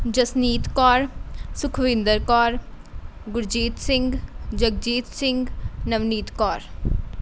Jasneet Kaur Sukhwinder Kaur Gurjeet Singh Jagjeet Singh Navneet Kaur